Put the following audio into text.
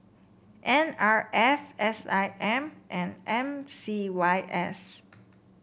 N R F S I M and M C Y S